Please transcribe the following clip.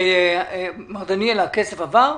מר דניאל, הכסף עבר?